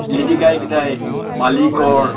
লিটিকাইকেইটাই মালিকৰ